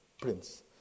prince